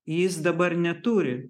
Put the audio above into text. jis dabar neturi